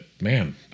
man